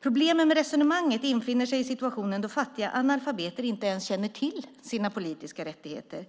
Problemen med resonemanget infinner sig i situationen då fattiga analfabeter inte ens känner till sina politiska rättigheter.